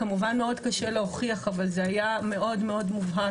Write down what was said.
כמובן שמאוד קשה להוכיח אבל זה היה מאוד מובהק